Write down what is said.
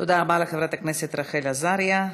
תודה רבה, חברת הכנסת רחל עזריה.